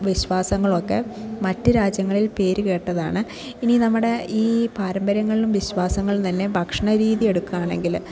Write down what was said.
വിശ്വാസങ്ങളൊക്കെ മറ്റു രാജ്യങ്ങളിൽ പേര് കേട്ടതാണ് ഇനി നമ്മുടെ ഈ പാരമ്പര്യങ്ങളിലും വിശ്വാസങ്ങളിലും തന്നെ ഭക്ഷണരീതി എടുക്കുകയാണെങ്കിൽ